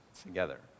together